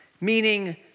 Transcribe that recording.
Meaning